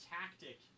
tactic